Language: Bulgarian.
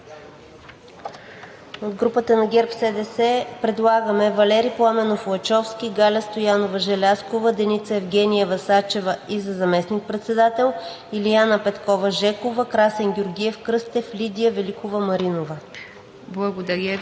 От групата на ГЕРБ-СДС предлагаме: Валери Пламенов Лачовски, Галя Стоянова Желязкова, Деница Евгениева Сачева и за заместник-председател, Илиана Петкова Жекова, Красен Георгиев Кръстев, Лидия Велик.